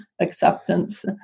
acceptance